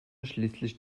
schließlich